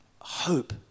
hope